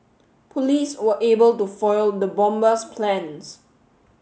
police were able to foil the bomber's plans